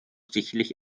sicherlich